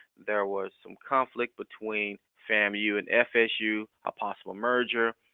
there was some conflict between famu and fsu, a possible merger.